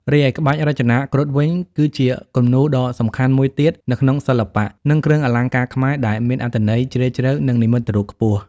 រីឯ ក្បាច់រចនាគ្រុឌវិញ គឺជាគំនូរដ៏សំខាន់មួយទៀតនៅក្នុងសិល្បៈ និងគ្រឿងអលង្ការខ្មែរ ដែលមានអត្ថន័យជ្រាលជ្រៅ និងនិមិត្តរូបខ្ពស់។